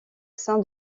sein